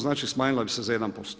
Znači smanjila bi se za 1%